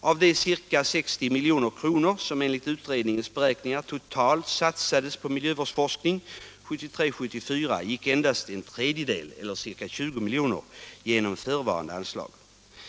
Av de ca 60 milj.kr. som enligt utredningens beräkningar totalt satsades på miljövårdsforskning 1973/74 gick endast en tredjedel eller ca 20 milj kr. genom förevarande anslag.